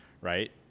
right